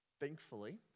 Thankfully